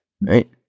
right